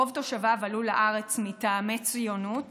רוב תושביו עלו לארץ מטעמי ציונות